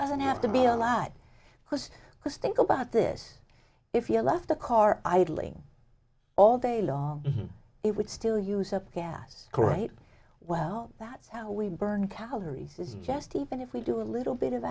doesn't have to be a lot because because think about this if you left a car idling all day long it would still use a gas great well that's how we burn calories is just even if we do a little bit of